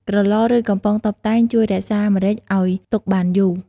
ក្រឡ ឬ កំប៉ុងតុបតែង ជួយរក្សាម្រេចឱ្យទុកបានយូរ។